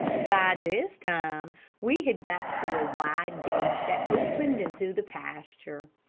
by this time we had got to a wide gate that opened into the pasture.